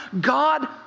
God